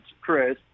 Chris